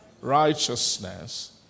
Righteousness